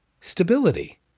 Stability